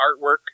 artwork